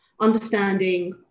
understanding